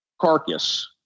carcass